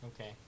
Okay